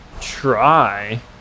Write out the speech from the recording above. try